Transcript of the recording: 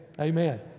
Amen